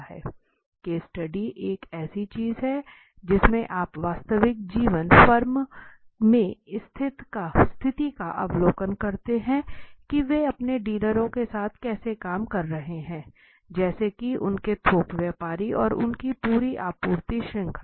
case study एक ऐसी चीज है जिसमें आप वास्तविक जीवन फर्म में स्थिति का अवलोकन करते हैं की वे अपने डीलरों के साथ कैसे काम कर रहे हैं जैसे कि उनके थोक व्यापारी और उनकी पूरी आपूर्ति श्रृंखला